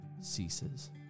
ceases